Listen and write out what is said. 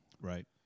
right